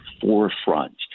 forefront